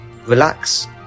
relax